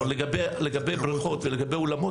לגבי בריכות ואולמות